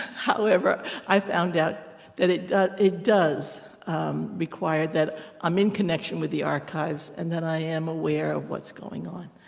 however, i found out that it it does require that i'm in connection with the archives and that i am aware of what's going on.